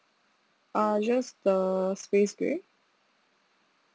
uh just the space grey